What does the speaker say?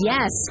Yes